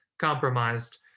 compromised